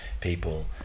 people